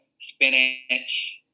spinach